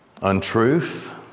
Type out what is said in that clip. untruth